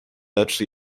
leczy